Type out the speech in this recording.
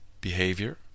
behavior